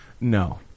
No